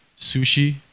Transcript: sushi